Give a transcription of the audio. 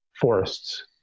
forests